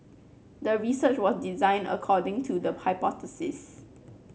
the research was designed according to the hypothesis